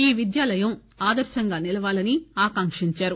ఈ విద్యాలయం ఆదర్పంగా నిలవాలని ఆకాంకించారు